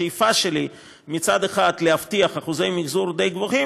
השאיפה שלי היא מצד אחד להבטיח אחוזי מחזור די גבוהים,